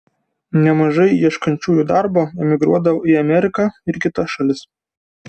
nemažai ieškančiųjų darbo emigruodavo į ameriką ir kitas šalis